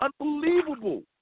Unbelievable